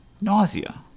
nausea